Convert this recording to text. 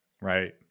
Right